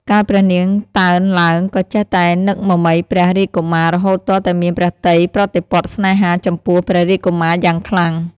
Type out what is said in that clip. កាលព្រះនាងតើណឡើង ក៏ចេះតែនឹកមមៃព្រះ រាជកុមារ រហូតទាល់តែមានព្រះទ័យប្រតិព័ទ្ធស្នេហា ចំពោះព្រះរាជកុមារយ៉ាងខ្លាំង ។